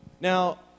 Now